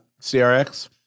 CRX